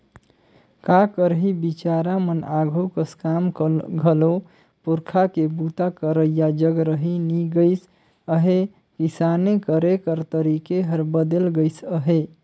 का करही बिचारा मन आघु कस काम घलो पूरखा के बूता करइया जग रहि नी गइस अहे, किसानी करे कर तरीके हर बदेल गइस अहे